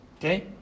Okay